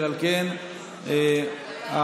וכן חברת הכנסת יוליה מלינובסקי כמתנגדת.